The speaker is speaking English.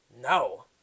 no